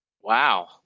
Wow